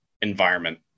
environment